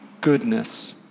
goodness